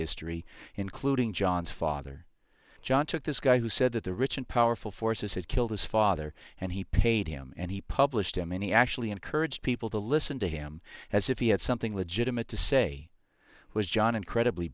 history including john's father john took this guy who said that the rich and powerful forces had killed his father and he paid him and he published a many actually encourage people to listen to him as if he had something legitimate to say was john incredibly